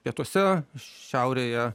pietuose šiaurėje